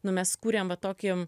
nu mes kuriam va tokį